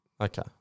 Okay